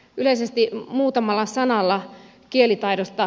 yleisesti muutamalla sanalla kielitaidosta